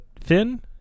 Finn